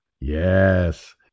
Yes